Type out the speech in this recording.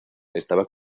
estaba